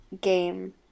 game